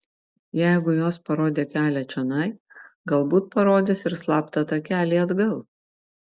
jeigu jos parodė kelią čionai galbūt parodys ir slaptą takelį atgal